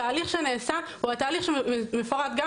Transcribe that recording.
התהליך שנעשה הוא התהליך שמפורט גם